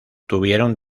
tuvieron